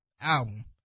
album